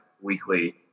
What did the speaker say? weekly